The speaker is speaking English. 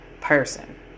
person